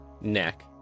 neck